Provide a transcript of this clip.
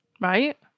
Right